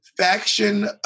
faction